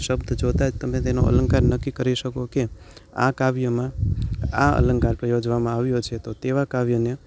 શબ્દ જોતા જ તમે તેનો અલંકાર નક્કી કરી શકો કેમ આ કાવ્યમાં આ અલંકાર કયો પ્રયોજવામાં આવ્યો છે તો તેવા કાવ્યને